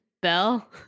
Bell